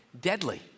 deadly